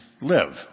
live